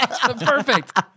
Perfect